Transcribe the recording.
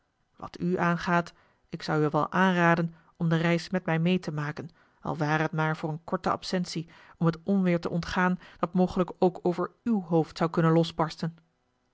wat u aangaat ik zou u wel aanraden om de reis met mij meê te maken al ware t maar voor eene korte absentie om het onweêr te ontgaan dat mogelijk ook over uw hoofd zou kunnen losbarsten